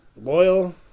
loyal